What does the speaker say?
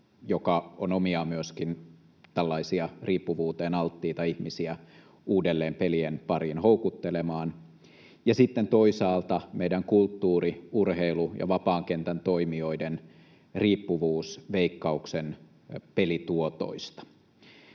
joka on omiaan myöskin riippuvuuteen alttiita ihmisiä uudelleen pelien pariin houkuttelemaan, ja sitten toisaalta on meidän kulttuuri-, urheilu- ja vapaan kentän toimijoiden riippuvuus Veikkauksen pelituotoista.